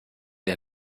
der